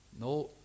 No